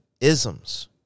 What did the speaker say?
Isms